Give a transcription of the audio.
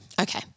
Okay